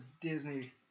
Disney